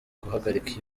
guhagarika